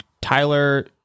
tyler